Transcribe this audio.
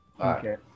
Okay